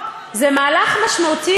זה מהלך משמעותי,